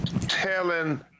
telling